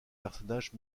personnages